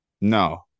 No